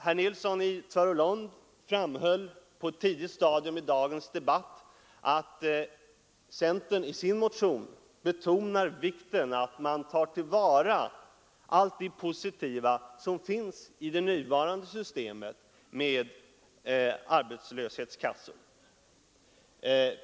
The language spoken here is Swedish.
Herr Nilsson i Tvärålund framhöll på ett tidigt stadium av dagens debatt att centern i sin motion betonade vikten av att man tar till vara allt det positiva som finns i det nuvarande systemet med arbetslöshetskassor.